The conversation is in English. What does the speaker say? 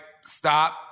stop